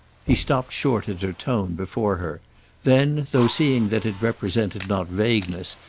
he stopped short, at her tone, before her then, though seeing that it represented not vagueness,